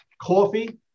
Coffee